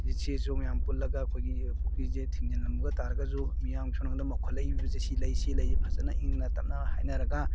ꯁꯤ S O ꯃꯌꯥꯝ ꯄꯨꯜꯂꯒ ꯑꯩꯈꯣꯏꯒꯤ ꯄꯨꯈ꯭ꯔꯤꯁꯦ ꯊꯤꯡꯖꯤꯜꯂꯝꯕ ꯇꯥꯔꯒꯁꯨ ꯃꯤꯌꯥꯝ ꯁꯣꯝ ꯅꯥꯀꯟꯗ ꯃꯧꯈꯠꯂꯛꯏꯕꯁꯦ ꯁꯤ ꯂꯩ ꯁꯤ ꯂꯩ ꯐꯖꯅ ꯏꯪꯅ ꯇꯞꯅ ꯍꯥꯏꯅꯔꯒ